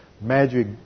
magic